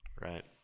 right